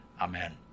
amen